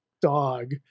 dog